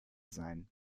sein